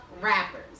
Rappers